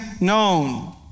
known